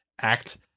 act